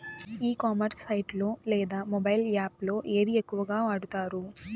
E commerce site లో లేదా mobile app లో ఏది ఎక్కువగా వాడుతారు?